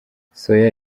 soya